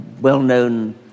well-known